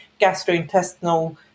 gastrointestinal